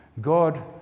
God